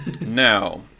Now